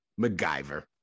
MacGyver